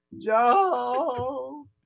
Joe